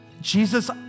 Jesus